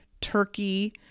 turkey